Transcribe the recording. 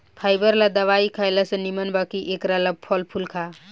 fibre ला दवाई खएला से निमन बा कि एकरा ला फल फूल खा